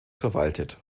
verwaltet